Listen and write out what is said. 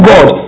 God